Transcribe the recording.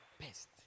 Best